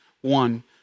one